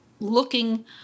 looking